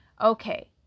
okay